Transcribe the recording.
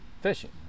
fishing